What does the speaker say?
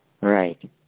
Right